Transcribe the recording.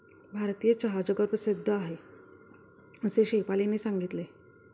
भारतीय चहा जगप्रसिद्ध आहे असे शेफालीने सांगितले